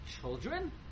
children